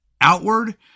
outward